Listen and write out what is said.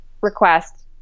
request